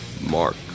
Mark